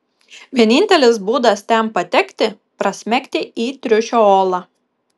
vienintelis būdas ten patekti prasmegti į triušio olą